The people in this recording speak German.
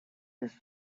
ist